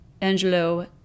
Angelo